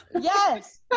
Yes